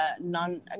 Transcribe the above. non